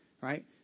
right